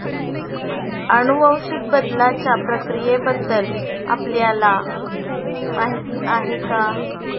अनुवांशिक बदलाच्या प्रक्रियेबद्दल आपल्याला माहिती आहे का?